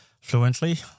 Fluently